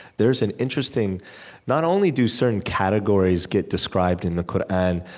there's an interesting not only do certain categories get described in the qur'an,